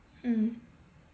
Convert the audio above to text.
mm